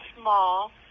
small